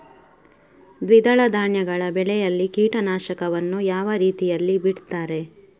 ದ್ವಿದಳ ಧಾನ್ಯಗಳ ಬೆಳೆಯಲ್ಲಿ ಕೀಟನಾಶಕವನ್ನು ಯಾವ ರೀತಿಯಲ್ಲಿ ಬಿಡ್ತಾರೆ?